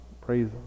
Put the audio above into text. praise